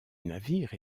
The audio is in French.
navire